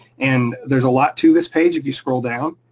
and there's a lot to this page if you scroll down,